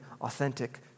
authentic